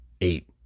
eight